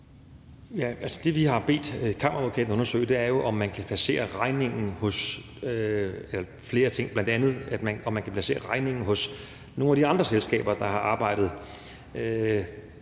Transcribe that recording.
det, vi har bedt Kammeradvokaten undersøge, er jo flere ting, bl.a. om man kan placere regningen hos nogle af de andre selskaber, der har arbejdet